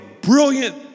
brilliant